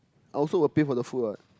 I also will pay for the food what